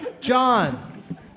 John